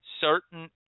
certain